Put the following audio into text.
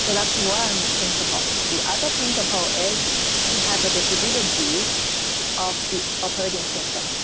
so that's one principle. the other principle is to have a distributed view of the operating system.